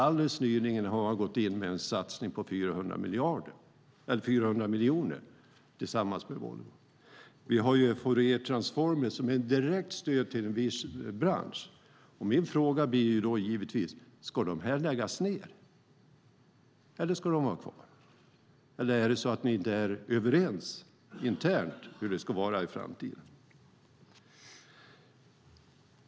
Alldeles nyligen har man gått in med en satsning på 400 miljoner tillsammans med Volvo. Vi har Fouriertransform som ger ett direkt stöd till en viss bransch. Min fråga blir givetvis: Ska dessa läggas ned, eller ska de vara kvar? Eller är ni inte överens internt om hur det ska vara i framtiden?